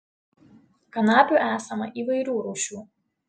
kanapių esama įvairių rūšių